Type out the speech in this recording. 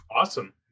Awesome